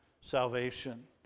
salvation